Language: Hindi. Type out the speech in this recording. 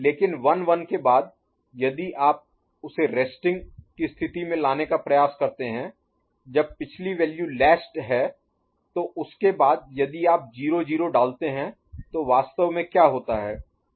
लेकिन 1 1 के बाद यदि आप उस रेस्टिंग Resting विश्राम की स्थिति में लाने का प्रयास करते हैं जब पिछली वैल्यू लैचड है तो उसके बाद यदि आप 0 0 डालते हैं तो वास्तव में क्या होता है